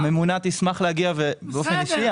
הממונה תשמח להגיע באופן אישי.